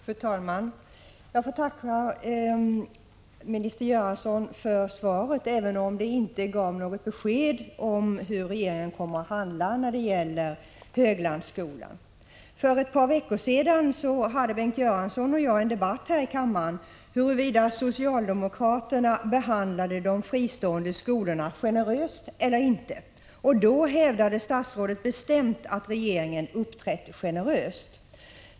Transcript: Fru talman! Jag får tacka minister Göransson för svaret, även om det inte gav något besked om hur regeringen kommer att handla när det gäller Höglandsskolan. För ett par veckor sedan hade Bengt Göransson och jag en debatt här i kammaren om huruvida socialdemokraterna behandlade de fristående skolorna generöst eller inte. Då hävdade statsrådet bestämt att regeringen uppträtt generöst.